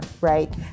right